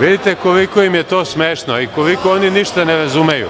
Vidite koliko im je to smešno i koliko oni ništa ne razumeju.